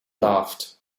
laughed